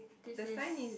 this is